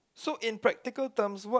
so in practical terms what